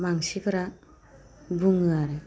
मानसिफोरा बुङो आरो